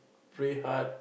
pray hard